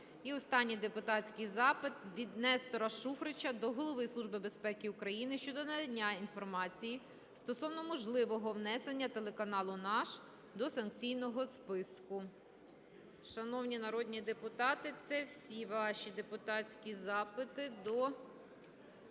І останній депутатський запит від Нестора Шуфрича до Голови Служби безпеки України щодо надання інформації стосовно можливого внесення телеканалу "НАШ" до санкційного списку. Шановні народні депутати, це всі ваші депутатські запити до